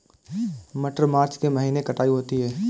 मटर मार्च के महीने कटाई होती है?